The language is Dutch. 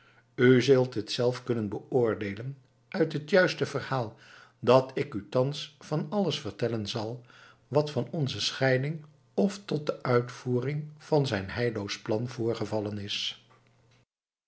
u zult dit zelf kunnen beoordeelen uit t juiste verhaal dat ik u thans van alles vertellen zal wat van onze scheiding of tot de uitvoering van zijn heilloos plan voorgevallen is